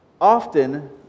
often